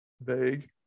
vague